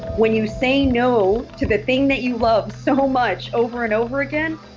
when you say no to the thing that you love so much over and over again,